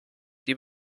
die